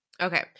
Okay